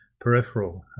peripheral